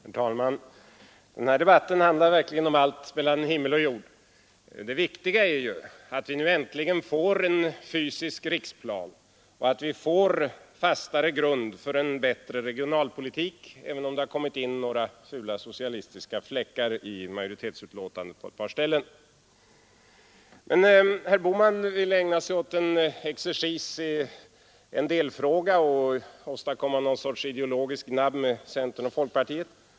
Herr talman! Den här debatten handlar verkligen om allt mellan himmel och jord. Det viktiga är ju att vi nu äntligen får en fysisk riksplan och att vi får en fastare grund för en bättre regionalpolitik, även om det kommit med några fula socialistiska fläckar på ett par ställen i majoritetsbetänkandet. Herr Bohman ville ägna sig åt exercis i en delfråga och åstadkomma någon sorts ideologiskt gnabb med centern och folkpartiet.